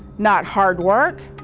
not hard work,